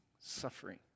suffering